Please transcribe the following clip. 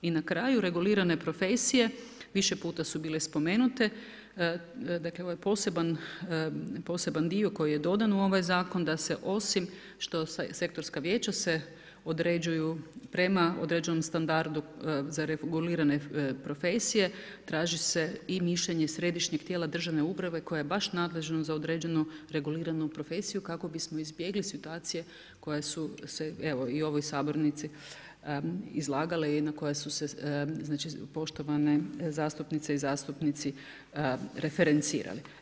I na kraju regulirane profesije više puta su bile spomenute ovo je poseban dio koji je dodan u ovaj zakon da se osim što sektorska vijeća se određuju prema određenom standardu za regulirane profesije traži se i mišljenje Središnjeg tijela državne uprave koje je baš nadležno za određeno reguliranu profesiju kako bi smo izbjegli situaciju koje su se evo i u ovoj sabornici izlagale i koje su se poštovane zastupnice i zastupnici referencirali.